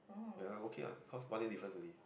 ya okay what cause one day difference only